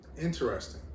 interesting